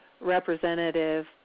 Representative